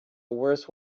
worse